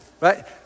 Right